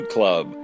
Club